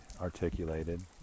articulated